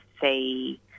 see